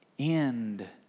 end